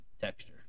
texture